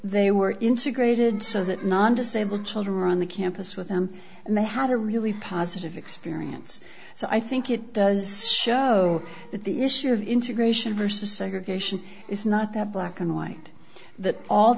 they were integrated so that non disabled children were on the campus with them and they had a really positive experience so i think it does show that the issue of integration for segregation is not that black and white that all